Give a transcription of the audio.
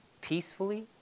peacefully